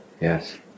yes